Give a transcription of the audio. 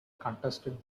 contested